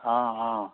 অ অ